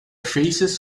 faces